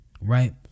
Right